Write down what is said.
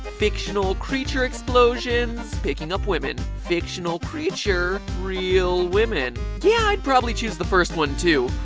fictional creature explosion, picking up women. fictional creature, real women. yeah i'd probably choose the first one too,